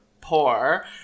poor